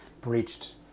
breached